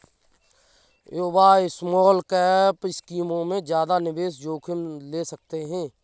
युवा स्मॉलकैप स्कीमों में ज्यादा निवेश जोखिम ले सकते हैं